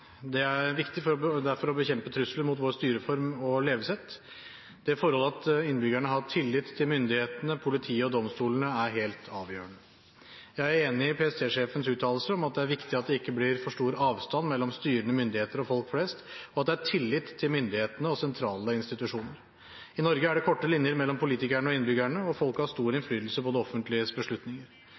Det er derfor viktig å bekjempe trusler mot vår styreform og vårt levesett. Det forhold at innbyggerne har tillit til myndighetene, politiet og domstolene, er helt avgjørende. Jeg er enig i PST-sjefens uttalelser om at det er viktig at det ikke blir for stor avstand mellom styrende myndigheter og folk flest, og at det er tillit til myndighetene og sentrale institusjoner. I Norge er det korte linjer mellom politikerne og innbyggerne, og folk har stor innflytelse på det offentliges beslutninger.